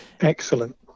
Excellent